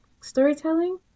storytelling